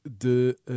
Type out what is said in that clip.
de